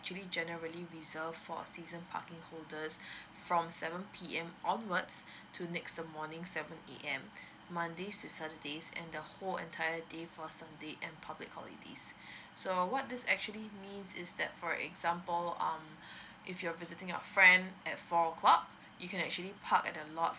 actually generally reserved for a season parking holders from seven P_M onwards to next the morning seven A_M mondays to saturdays and the whole entire day for sunday and public holidays so what this actually means is that for example um if you're visiting your friend at four o'clock you can actually park at the lot